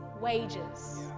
wages